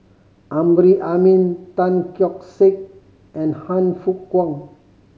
Amrin Amin Tan Keong Saik and Han Fook Kwang